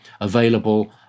available